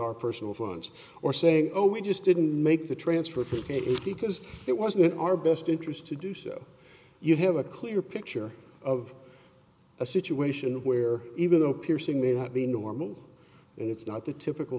our personal funds or saying oh we just didn't make the transfer case because it wasn't our best interest to do so you have a clear picture of a situation where even though piercing may have been normal it's not the typical